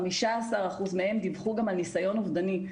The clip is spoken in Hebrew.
16.3% מהם דיווחו גם על ניסיון אובדני.